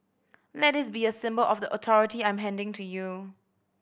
let this be a symbol of the authority I'm handing to you